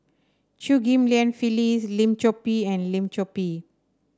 Chew Ghim Lian Phyllis Lim Chor Pee and Lim Chor Pee